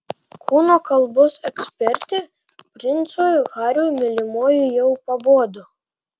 kūno kalbos ekspertė princui hariui mylimoji jau pabodo